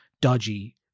dodgy